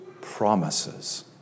promises